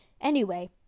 Anyway